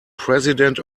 president